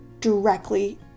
directly